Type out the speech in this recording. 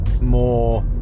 more